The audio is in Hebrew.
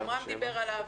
גם רם דיבר עליו.